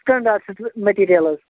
standard چھُ سُہ material حظ